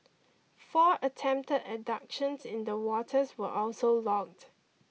four attempted abductions in the waters were also logged